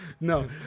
no